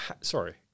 sorry